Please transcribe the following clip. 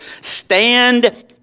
stand